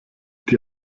die